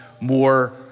more